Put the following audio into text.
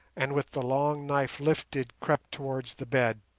and with the long knife lifted crept towards the bed.